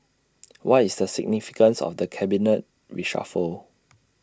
what is the significance of the cabinet reshuffle